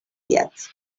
yet